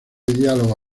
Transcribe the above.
diálogo